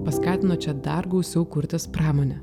paskatino čia dar gausiau kurtis pramonę